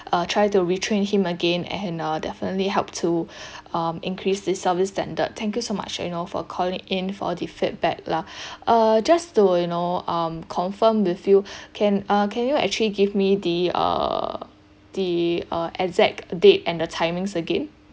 uh try to retrain him again and uh definitely help to um increase his service standard thank you so much you know for calling in for the feedback lah uh just to you know um confirm with you can uh can you actually give me the uh the uh exact date and the timings again